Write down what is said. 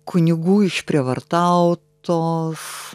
kunigų išprievartautos